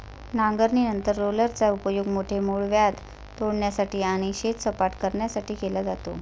नांगरणीनंतर रोलरचा उपयोग मोठे मूळव्याध तोडण्यासाठी आणि शेत सपाट करण्यासाठी केला जातो